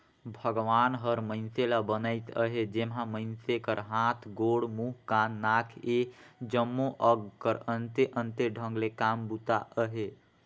भगवान हर मइनसे ल बनाइस अहे जेम्हा मइनसे कर हाथ, गोड़, मुंह, कान, नाक ए जम्मो अग कर अन्ते अन्ते ढंग ले काम बूता अहे